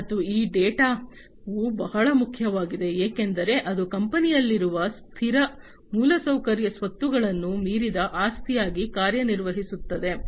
ಮತ್ತು ಈ ಡೇಟಾವು ಬಹಳ ಮುಖ್ಯವಾಗಿದೆ ಏಕೆಂದರೆ ಅದು ಕಂಪನಿಯಲ್ಲಿರುವ ಸ್ಥಿರ ಮೂಲಸೌಕರ್ಯ ಸ್ವತ್ತುಗಳನ್ನು ಮೀರಿದ ಆಸ್ತಿಯಾಗಿ ಕಾರ್ಯನಿರ್ವಹಿಸುತ್ತದೆ